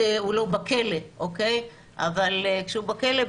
כשהוא בכלא,